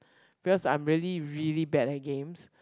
because I'm really really bad at games